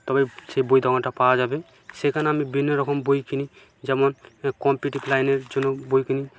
তবে সে বই দোকানটা পাওয়া যাবে সেখানে আমি বিভিন্ন রকম বই কিনি যেমন এ কম্পিউটার লাইনের জন্য বই কিনি